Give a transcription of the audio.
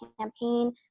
campaign